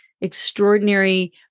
extraordinary